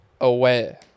aware